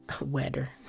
Weather